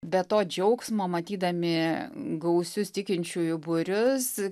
be to džiaugsmo matydami gausius tikinčiųjų būrius